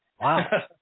Wow